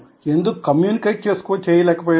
కనీసం ఎందుకు కమ్యూనికేట్ చేసుకోలేకపోయారు